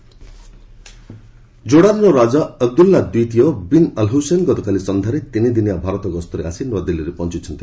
Jordan king ଜୋର୍ଡାନ୍ର ରାଜା Abdul ଦ୍ୱିତୀୟ ବିନ ଅଲ୍ ହୁସେନ୍ ଗତକାଲି ସନ୍ଧ୍ୟାରେ ତିନିଦିନିଆ ଭାରତ ଗସ୍ତରେ ଆସି ନୂଆଦିଲ୍ଲୀରେ ପହଞ୍ଚଛନ୍ତି